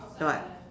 what